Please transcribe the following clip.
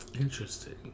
interesting